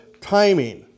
Timing